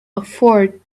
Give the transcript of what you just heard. afford